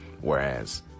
whereas